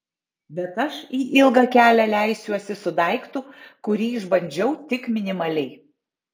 bet aš į ilgą kelią leisiuosi su daiktu kurį išbandžiau tik minimaliai